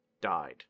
died